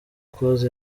close